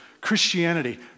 Christianity